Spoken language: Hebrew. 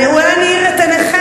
אולי אני אאיר את עיניכם,